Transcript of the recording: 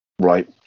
Right